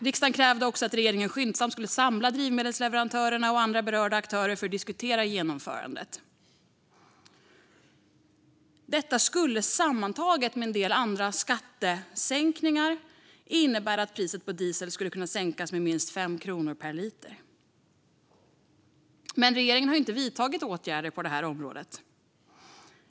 Riksdagen krävde också att regeringen skyndsamt skulle samla drivmedelsleverantörerna och andra berörda aktörer för att diskutera genomförandet. Detta skulle sammantaget med en del andra skattesänkningar innebära att priset på diesel skulle kunna sänkas med minst 5 kronor per liter. Regeringen har dock inte vidtagit åtgärder på det här området.